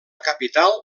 capital